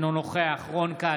נוכח רון כץ,